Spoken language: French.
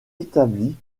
établi